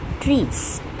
trees